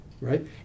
right